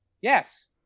Yes